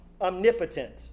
omnipotent